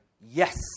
yes